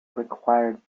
required